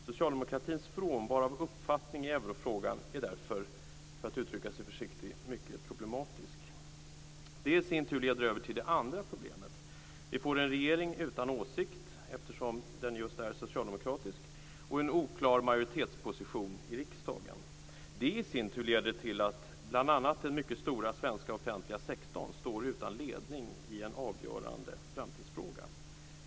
Socialdemokratins frånvaro vad gäller uppfattning i eurofrågan är därför, för att uttrycka mig försiktigt, mycket problematisk. Det i sin tur leder över till det andra problemet. Vi får en regering utan åsikt, eftersom den just är socialdemokratisk, och en oklar majoritetsposition i riksdagen. Det i sin tur leder till att bl.a. den mycket stora svenska offentliga sektorn står utan ledning i en avgörande framtidsfråga.